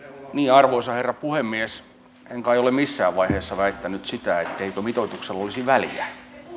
arvoisa herra puhemies en kai ole missään vaiheessa väittänyt sitä etteikö mitoituksella olisi väliä